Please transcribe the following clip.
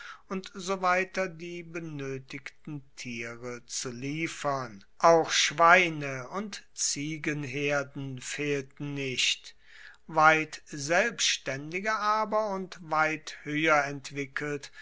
und so weiter die benoetigten tiere zu liefern auch schweine und ziegenherden fehlten nicht weit selbstaendiger aber und weit hoeher entwickelt